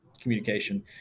communication